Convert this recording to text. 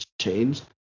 changed